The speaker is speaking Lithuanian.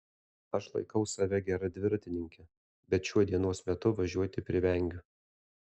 aš laikau save gera dviratininke bet šiuo dienos metu važiuoti privengiu